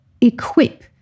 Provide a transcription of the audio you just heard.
equip